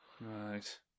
Right